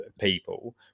people